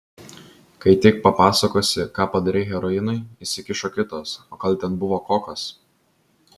kai tik papasakosi ką padarei heroinui įsikišo kitas o gal ten buvo kokas